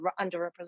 underrepresented